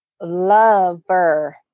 lover